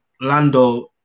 Lando